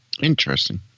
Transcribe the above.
interesting